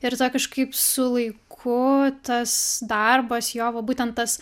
ir tada kažkaip su laiku tas darbas jo va būtent tas